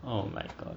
oh my god